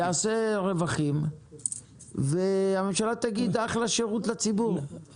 יעשה רווחים והממשלה תגיד אחלה שירות לציבור,